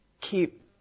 keep